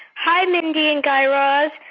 hi, mindy and guy raz.